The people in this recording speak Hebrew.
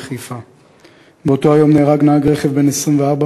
אדוני היושב-ראש,